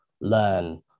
learn